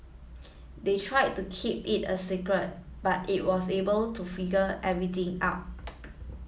they tried to keep it a secret but it was able to figure everything out